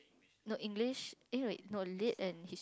no English eh wait no Lit and His~